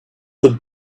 the